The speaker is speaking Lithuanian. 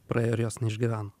praėjo ir jos neišgyveno